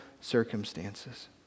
circumstances